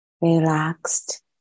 relaxed